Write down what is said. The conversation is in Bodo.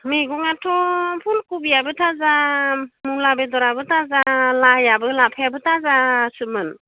मैगङाथ' फुलकबियाबो थाजा मुला बेदाराबो थाजा लाइयाबो लाफायाबो थाजासोमोन